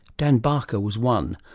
dan barker was one.